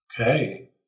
Okay